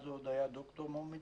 אז הוא עוד היה ד"ר מומי,